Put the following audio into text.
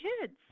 kids